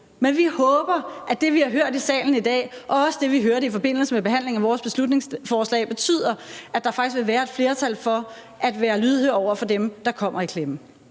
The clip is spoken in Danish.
Men vi håber, at det, vi har hørt i salen i dag, og også det, vi hørte i forbindelse med behandlingen af vores beslutningsforslag, betyder, at der faktisk vil være et flertal for at være lydhør over for dem, der kommer i klemme.